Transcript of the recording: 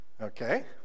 Okay